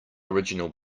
original